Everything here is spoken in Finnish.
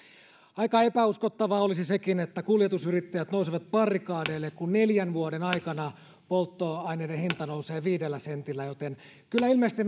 aika epäuskottavaa olisi sekin että kuljetusyrittäjät nousevat barrikadeille kun neljän vuoden aikana polttoaineiden hinta nousee viidellä sentillä kyllä ilmeisesti